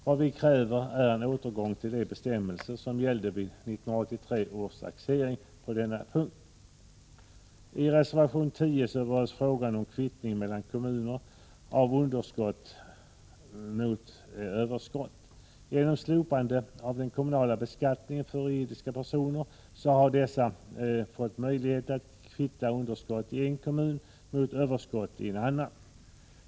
Vad vi kräver är en återgång till de bestämmelser som gällde vid 1983 års taxering på denna punkt. I reservation 10 berörs frågan om kvittning av underskott mot överskott. Genom slopandet av den kommunala beskattningen för juridiska personer har dessa fått möjlighet att kvitta underskott i er kommun mot överskott i en annan.